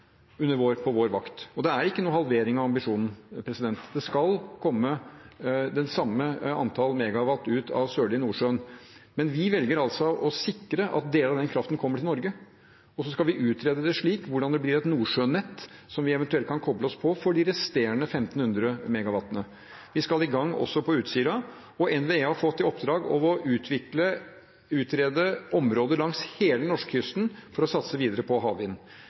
på vår vakt. Det er heller ikke noen halvering av ambisjonen. Det skal komme det samme antall megawatt ut av Sørlige Nordsjø. Men vi velger altså å sikre at deler av den kraften kommer til Norge, og så skal vi utrede hvordan det blir et nordsjønett som vi eventuelt kan koble oss på for de resterende 1 500 megawattene. Vi skal i gang også på Utsira, og NVE har fått i oppdrag å utrede områder langs hele norskekysten for å satse videre på havvind.